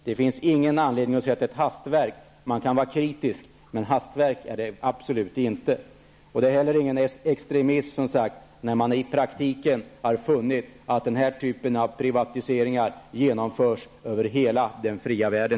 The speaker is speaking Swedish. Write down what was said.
Det finns ingen anledning att säga att detta är ett hastverk. Man kan vara kritisk, men något hastverk är det absolut inte. Det är som sagt heller inte fråga om någon extremism, eftersom man i praktiken har funnit att den här typen av privatiseringar i dag genomförs över hela den fria världen.